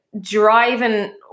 driving